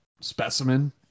specimen